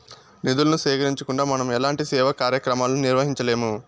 నిధులను సేకరించకుండా మనం ఎలాంటి సేవా కార్యక్రమాలను నిర్వహించలేము